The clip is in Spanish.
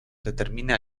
determina